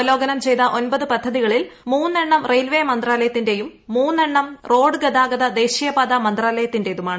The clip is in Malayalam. അവലോകനം ചെയ്ത ഒൻപത് പദ്ധതികളിൽ മൂന്നെണ്ണം റെയിൽവേ മന്ത്രാലയത്തിന്റെയും മൂന്നെണ്ണം റോഡ് ഗതാഗത ദേശീയപാതാ മന്ത്രാലയത്തിന്റേതുമാണ്